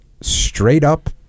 straight-up